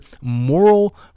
moral